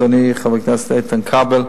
אדוני חבר הכנסת איתן כבל,